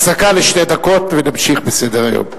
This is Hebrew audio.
הפסקה לשתי דקות, ונמשיך בסדר-היום.